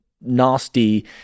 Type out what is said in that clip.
nasty